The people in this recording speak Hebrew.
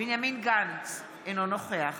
בנימין גנץ, אינו נוכח